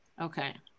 okay